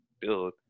build